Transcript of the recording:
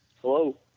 Hello